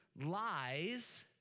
lies